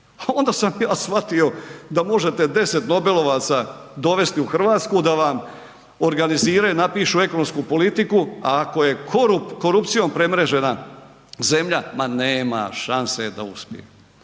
onda sam ja shvatio da možete 10 Nobelovaca dovesti u Hrvatsku da vam organiziraju i napišu ekonomsku politiku, a ako je korupcijom premrežena zemlja, ma nema šanse da uspije.